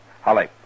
Holly